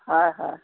হয় হয়